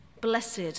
Blessed